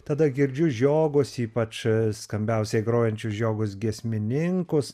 tada girdžiu žiogus ypač skambiausiai grojančius žiogus giesmininkus